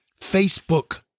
Facebook